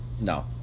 no